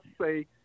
say